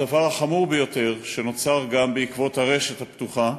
הדבר החמור ביותר, שנוצר גם בעקבות הרשת הפתוחה,